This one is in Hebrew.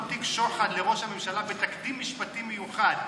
תיק שוחד לראש הממשלה בתקדים משפטי מיוחד,